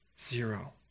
Zero